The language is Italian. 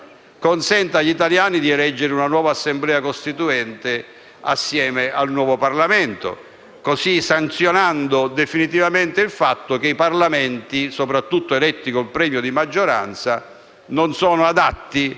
consenta agli italiani di eleggere una nuova Assemblea costituente assieme al nuovo Parlamento, sanzionando così definitivamente il fatto che i Parlamenti, soprattutto con premi di maggioranza, non sono adatti a fare